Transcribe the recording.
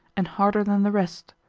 and harder than the rest,